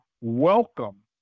welcome